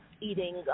eating